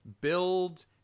build